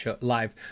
live